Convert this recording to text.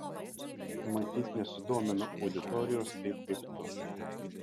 matyt nesudominau auditorijos taip kaip tu